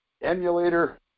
emulator